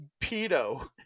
pedo